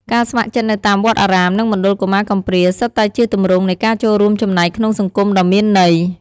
ការស្ម័គ្រចិត្តនៅតាមវត្តអារាម និងមណ្ឌលកុមារកំព្រា សុទ្ធតែជាទម្រង់នៃការចូលរួមចំណែកក្នុងសង្គមដ៏មានន័យ។